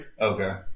Okay